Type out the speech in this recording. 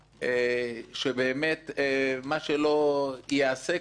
שבאמת מה שלא ייעשה כאן,